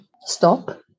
stop